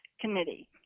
Committee